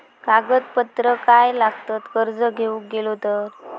कागदपत्रा काय लागतत कर्ज घेऊक गेलो तर?